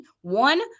one